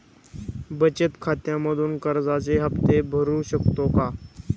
बचत खात्यामधून कर्जाचे हफ्ते भरू शकतो का?